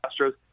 Astros